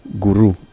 guru